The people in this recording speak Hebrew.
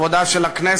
כבודה של הכנסת,